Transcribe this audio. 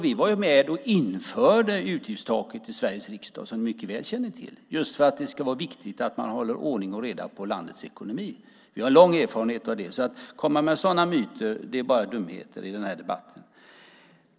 Vi var med och införde utgiftstaket i Sveriges riksdag, som ni mycket väl känner till, just för att det är viktigt att man håller ordning och reda i landets ekonomi. Vi har lång erfarenhet av det. Att komma med sådana myter i denna debatt är bara dumheter.